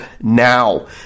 now